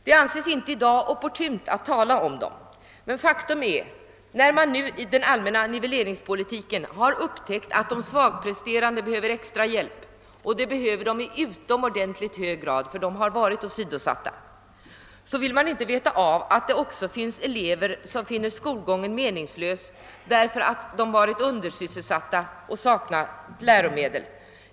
Det anses emellertid i dag inte opportunt att tala om dessa. Faktum är att samtidigt som man nu i den allmänna nivelleringspolitiken har upptäckt att de svagpresterande behöver extra hjälp — och det behöver de i utomordentligt hög grad, tv de har varit åsidosatta — vill man inte veta av att det också finns elever som finner skolgången meningslös därför att de är undersysselsatta och saknar läromedel.